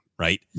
Right